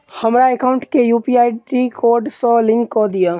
हमरा एकाउंट केँ UPI code सअ लिंक कऽ दिऽ?